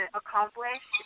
accomplish